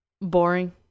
boring